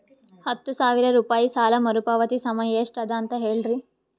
ಹತ್ತು ಸಾವಿರ ರೂಪಾಯಿ ಸಾಲ ಮರುಪಾವತಿ ಸಮಯ ಎಷ್ಟ ಅದ ಅಂತ ಹೇಳರಿ?